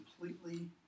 completely